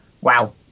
wow